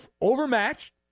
Overmatched